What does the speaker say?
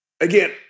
Again